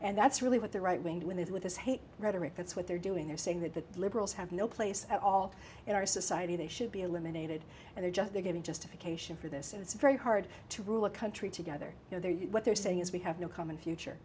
and that's really what the right wing with with this hate rhetoric that's what they're doing they're saying that the liberals have no place at all in our society they should be eliminated and they're just they're getting justification for this it's very hard to rule a country together you know there you what they're saying is we have no common future